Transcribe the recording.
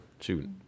Shoot